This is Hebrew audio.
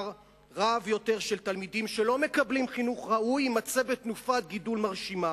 רב יותר של תלמידים שלא מקבלים חינוך ראוי יימצא בתנופת גידול מרשימה.